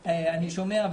אחד,